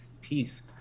peace